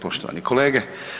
Poštovani kolege.